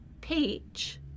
peach